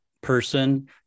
person